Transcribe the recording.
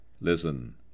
Listen